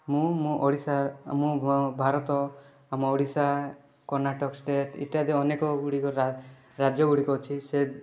ମୁଁ ମୋ ଓଡ଼ିଶା ମୋ ଭ ଭାରତ ଆମ ଓଡ଼ିଶା କର୍ଣ୍ଣାଟକ ଷ୍ଟେଟ୍ ଇତ୍ୟାଦି ଅନେକ ଗୁଡ଼ିକ ରା ରାଜ୍ୟ ଗୁଡ଼ିକ ଅଛି ସେ